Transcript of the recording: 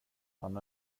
han